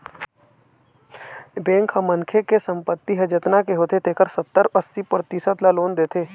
bank ह मनखे के संपत्ति ह जतना के होथे तेखर सत्तर, अस्सी परतिसत ल लोन देथे